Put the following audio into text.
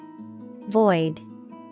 Void